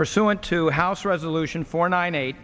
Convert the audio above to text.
pursuant to house resolution four nine eight